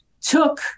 took